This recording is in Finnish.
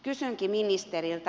kysynkin ministeriltä